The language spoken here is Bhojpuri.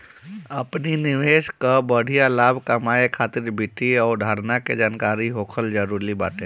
अपनी निवेश कअ बढ़िया लाभ कमाए खातिर वित्तीय अवधारणा के जानकरी होखल जरुरी बाटे